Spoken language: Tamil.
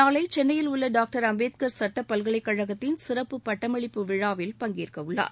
நாளை சென்னையில் உள்ள டாக்டர் அம்பேத்கார் சட்ட பல்கலைக்கழகத்தின் சிறப்பு பட்டமளிப்பு விழாவில் பங்கேற்கவுள்ளார்